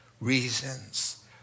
reasons